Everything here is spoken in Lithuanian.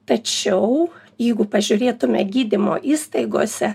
tačiau jeigu pažiūrėtume gydymo įstaigose